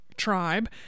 tribe